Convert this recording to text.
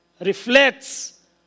reflects